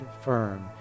firm